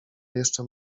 jeszcze